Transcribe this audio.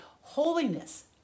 holiness